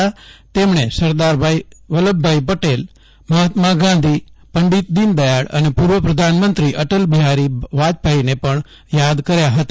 આ પ્રસંગે તેમણે સરદાર વલ્લભભાઈ પટેલ મહાત્મા ગાંધી પંડીત દીનદયાળ અને પૂર્વ પ્રધાનમંત્રી અટલ બિહારી વાજપાયીને પણ યાદ કર્યા હતા